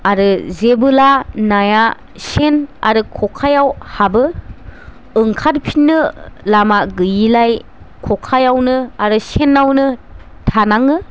आरो जेबोला नाया सेन आरो खखायाव हाबो ओंखारफिननो लामा गैयैलाय खखायावनो आरो सेनावनो थानाङो